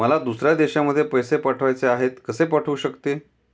मला दुसऱ्या देशामध्ये पैसे पाठवायचे आहेत कसे पाठवू शकते?